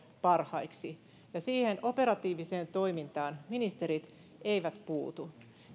parhaiksi ja siihen operatiiviseen toimintaan ministerit eivät puutu